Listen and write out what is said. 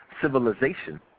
civilization